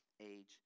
age